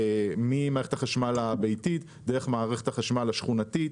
ממערכת החשמל הביתית דרך מערכת החשמל השכונתית